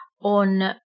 on